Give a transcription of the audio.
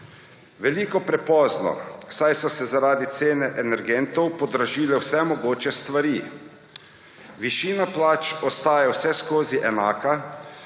Veliko prepozno, saj so se zaradi cene energentov podražile vse mogoče stvari. Višina plač ostaja vseskozi enaka,